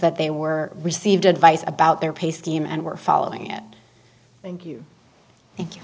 that they were received advice about their pay scheme and were following it thank you thank you